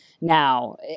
now